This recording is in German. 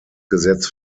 gesetz